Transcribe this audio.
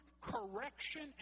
correction